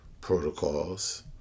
protocols